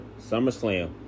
SummerSlam